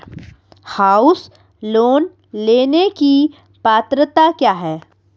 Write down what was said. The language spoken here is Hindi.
हाउस लोंन लेने की पात्रता क्या है?